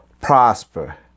prosper